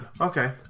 Okay